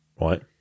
Right